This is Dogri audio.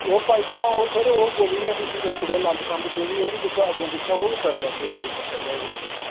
ओह् पाइपां ओह् सर ओह् कोई निं में तुसेंगी दस्सी ओड़ेओ लमसम चौबी जेह्ड़ा अग्गें पिच्छे होग ओह् करी लैगे फ्ही उप्पर थल्लै होग जेह्का